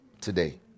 today